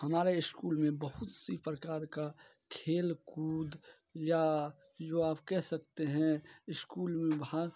हमारे स्कूल में बहुत सी प्रकार का खेलकूद या जो आप कह सकते हैं स्कूल में